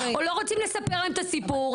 או לא רוצים לספר להם את הסיפור,